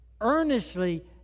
Earnestly